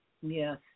Yes